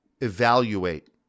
evaluate